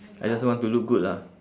I just want to look good lah